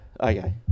Okay